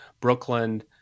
Brooklyn